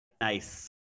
Nice